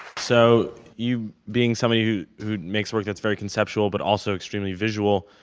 so, you being somebody who who makes work that's very conceptual but also extremely visual,